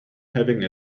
having